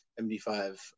MD5